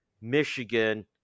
Michigan